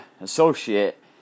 associate